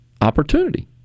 opportunity